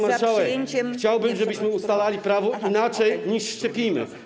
Pani marszałek, chciałbym, żebyśmy ustalali prawo inaczej, niż szczepimy.